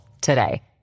today